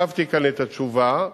השבתי כאן את התשובה,